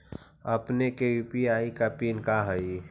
अपने के यू.पी.आई के पिन का हई